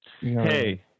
Hey